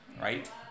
right